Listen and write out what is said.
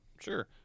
Sure